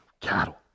cattle